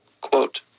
quote